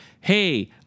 hey